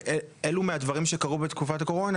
אילו מהדברים שקרו בתקופת הקורונה,